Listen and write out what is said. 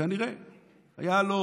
שנינו,